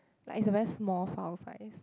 like is a very small file size